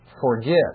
forget